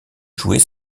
jouer